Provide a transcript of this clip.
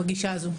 בגישה הזו.